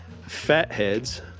Fatheads